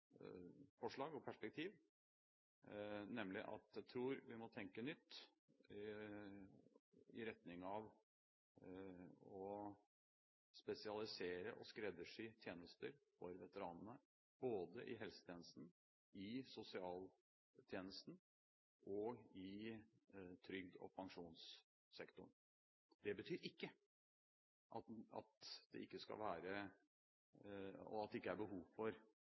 forslag og perspektiv, nemlig at vi må tenke nytt i retning av å spesialisere og skreddersy tjenester for veteranene både i helsetjenesten, i sosialtjenesten og i trygde- og pensjonssektoren. Det betyr ikke at det ikke er behov for spesialistkompetanse av mer generell karakter, som også andre grupper har behov for,